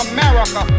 America